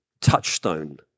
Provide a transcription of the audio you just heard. touchstone